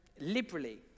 liberally